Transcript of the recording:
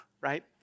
right